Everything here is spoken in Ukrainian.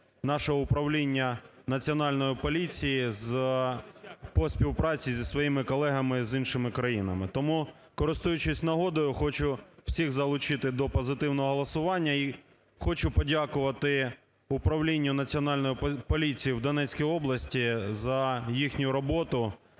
нашого управління Національної поліції по співпраці зі своїми колегами з інших країн. Тому, користуючись нагодою, хочу всіх залучити до позитивного голосування і хочу подякувати управлінню Національної поліції в Донецькій області за їхню роботу,